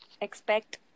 expect